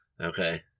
Okay